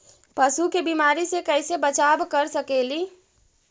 पशु के बीमारी से कैसे बचाब कर सेकेली?